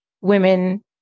women